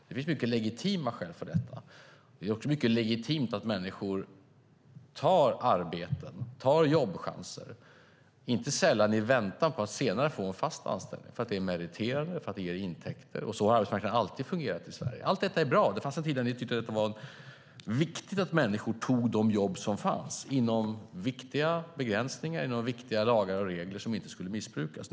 Det finns mycket legitima skäl för detta. Det är också mycket legitimt att människor tar arbeten, tar jobbchanser, inte sällan i väntan på att senare få en fast anställning därför att det är meriterande och ger intäkter. Så har arbetsmarknaden alltid fungerat i Sverige. Allt detta är bra. Det fanns en tid då ni tyckte att det var viktigt att människor tog de jobb som fanns inom viktiga begränsningar, inom viktiga lagar och regler som inte skulle missbrukas.